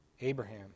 Abraham